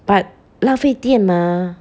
but 浪费电 mah